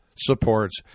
supports